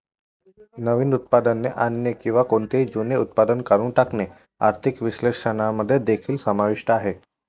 नवीन उत्पादने आणणे किंवा कोणतेही जुने उत्पादन काढून टाकणे आर्थिक विश्लेषकांमध्ये देखील समाविष्ट आहे